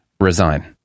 resign